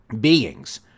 beings